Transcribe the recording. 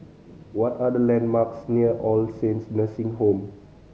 what are the landmarks near All Saints Nursing Home